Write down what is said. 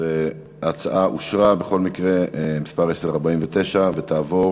אז ההצעה אושרה בכל מקרה, מס' 1049, ותעבור